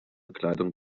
kleidung